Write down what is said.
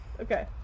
okay